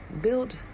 build